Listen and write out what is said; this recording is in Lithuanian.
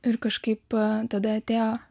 ir kažkaip tada atėjo